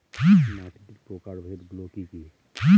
মাটির প্রকারভেদ গুলো কি কী?